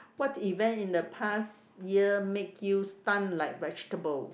what event in the past year make you stunned like vegetable